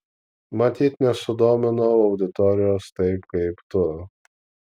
matyt nesudominau auditorijos taip kaip tu